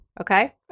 Okay